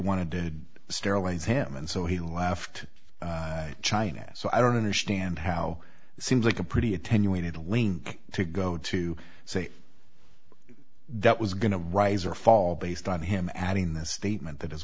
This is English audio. wanted to sterilize him and so he left china so i don't understand how seems like a pretty attenuated a link to go to say that was going to rise or fall based on him adding the statement that his